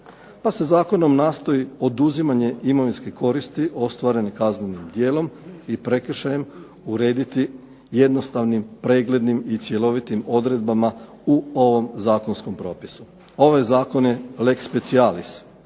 pa se zakonom nastoji oduzimanje imovinske koristi ostvarene kaznenim djelom i prekršajem urediti jednostavnim, preglednim i cjelovitim odredbama u ovom zakonskom propisu. Ovaj Zakon je lex speciallis